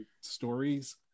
stories